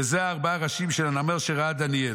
ואלה ארבעת הראשים של הנמר שראה דניאל: